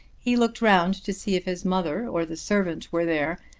he looked round to see if his mother or the servant were there,